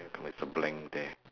there is a blank there